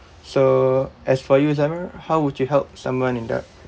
so as for you zamir how would you help someone in debt